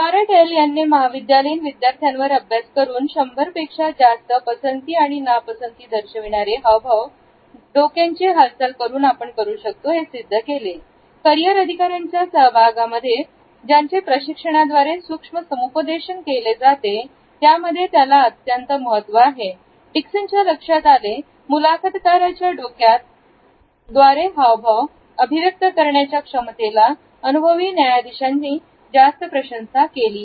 क्लोर et al याने महाविद्यालयीन विद्यार्थ्यांवर अभ्यास करून 100 पेक्षा जास्त पसंती आणि नापसंती दर्शविणारे हावभाव डोक्याची हालचाल करून आपण करू शकतो हे सिद्ध केले करियर अधिकाऱ्यांच्या सहभाग यांमध्ये ज्यांचे प्रशिक्षणाद्वारे सूक्ष्म समुपदेशन केले जाते त्यामध्ये याला अत्यंत महत्त्व आहे डि क स न च्या लक्षात आले मुलाखत काराचा डोक्यात द्वारे हावभाव अभिव्यक्त करण्याच्या क्षमतेला अनुभवी न्यायाधीशांनी जास्त प्रशंसा केली